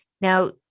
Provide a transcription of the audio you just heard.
Now